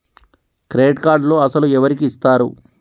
Credit కార్డులు అసలు ఎవరికి ఇస్తారు?